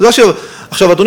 אדוני